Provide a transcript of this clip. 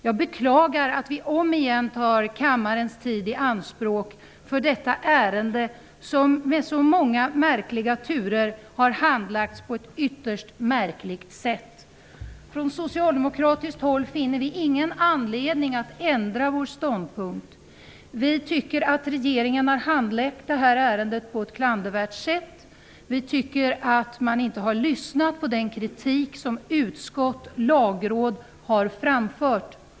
Jag beklagar att vi omigen tar kammarens tid i anspråk för detta ärende, som med så många märkliga turer har handlagts på ett ytterst märkligt sätt. Från socialdemokratiskt håll finner vi ingen anledning att ändra vår ståndpunkt. Vi tycker att regeringen har handlagt ärendet på ett klandervärt sätt. Vi tycker att man inte har lyssnat på den kritik som utskottet och Lagrådet har framfört.